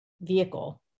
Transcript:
vehicle